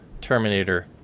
Terminator